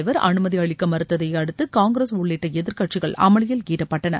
வெங்கைய நாயுடு அனுமதி அளிக்க மறுத்ததை அடுத்து காங்கிரஸ் உள்ளிட்ட எதிர்க்கட்சிகள் அமளியில் ஈடுபட்டன